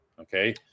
Okay